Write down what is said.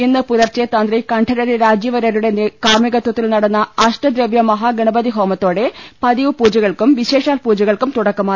ഇന്ന് പുലർച്ചെ തന്ത്രി കണ്ഠ രര് രാജീവരരുടെ കാർമികത്വത്തിൽ നടന്ന അഷ്ടദ്രവ്യ മഹാഗണപതി ഹോമ ത്തോടെ പതിവ് പൂജകൾക്കും വിശേഷാൽ പൂജകൾക്കും തുടക്കമായി